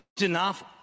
enough